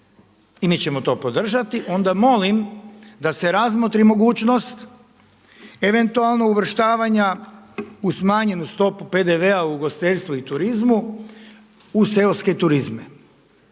i mi ćemo to podržati onda molim da se razmotri mogućnost eventualno uvrštavanja u smanjenu stopu PDV-a u ugostiteljstvu i turizmu u seoske turizme.